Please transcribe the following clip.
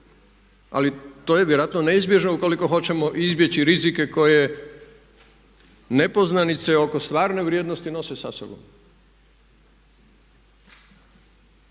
ali to je vjerojatno neizbježno ukoliko hoćemo izbjeći rizike koje nepoznanice oko stvarne vrijednosti nose sa sobom.